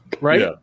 Right